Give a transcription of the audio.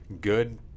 good